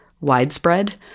widespread